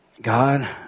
God